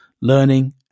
learning